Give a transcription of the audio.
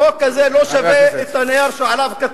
החוק הזה לא שווה את הנייר שעליו הוא כתוב.